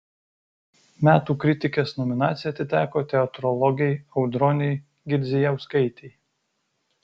metų kritikės nominacija atiteko teatrologei audronei girdzijauskaitei